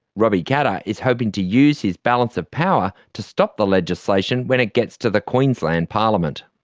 robbie katter is hoping to use his balance of power to stop the legislation when it gets to the queensland parliament.